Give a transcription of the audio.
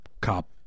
cop